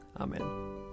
Amen